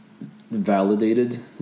validated